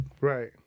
Right